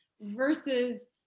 versus